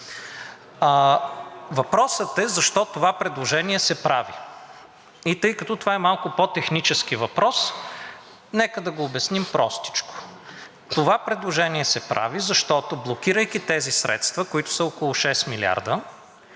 Въпросът е защо това предложение се прави? Тъй като това е малко по-технически въпрос, нека да го обясним простичко. Това предложение се прави, защото, блокирайки тези средства, които са около 6 милиарда,